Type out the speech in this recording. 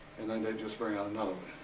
and then they'd just bring out and